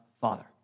Father